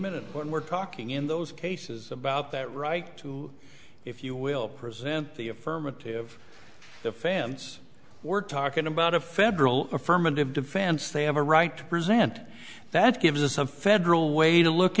minute when we're talking in those cases about that right to if you will present the affirmative the fans we're talking about a federal affirmative defense they have a right to present that gives us a federal way to look